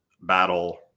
battle